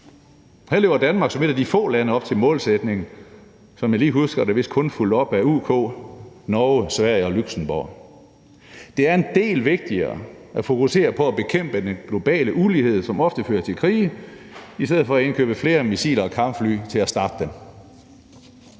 Her lever Danmark som et af de få lande op til målsætningen, og som jeg lige husker det, er det vist kun fulgt op af UK, Norge, Sverige og Luxembourg. Det er en del vigtigere at fokusere på at bekæmpe den globale ulighed, som ofte fører til krige, i stedet for at indkøbe flere missiler og kampfly til at starte dem.